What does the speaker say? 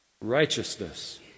Righteousness